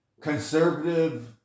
Conservative